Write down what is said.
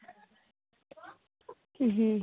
হুম